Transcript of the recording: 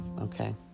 okay